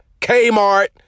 Kmart